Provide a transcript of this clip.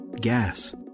gas